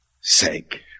sake